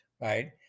right